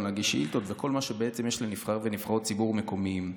גם להגיש שאילתות וכל מה שיש לנבחרי ונבחרות ציבור מקומיים.